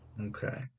Okay